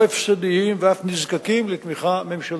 הפסדיים ואף נזקקים לתמיכה ממשלתית.